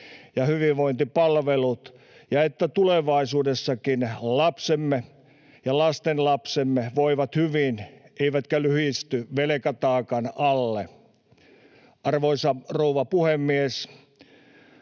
ja hyvinvointipalvelut ja että tulevaisuudessakin lapsemme ja lastenlapsemme voivat hyvin eivätkä lyyhisty velkataakan alle. Arvoisa rouva puhemies!